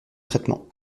traitement